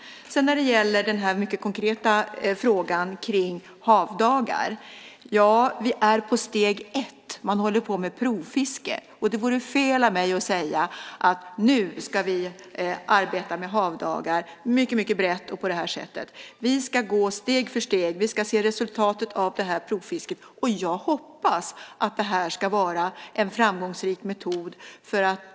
När det gäller den mycket konkreta frågan om havdagar är vi på steg 1. Man håller på med provfiske. Det vore fel av mig att säga: Nu ska vi arbeta med havdagar mycket brett och på det här sättet. Vi ska gå steg för steg. Vi ska se resultatet av provfisket. Jag hoppas att det ska vara en framgångsrik metod.